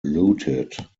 looted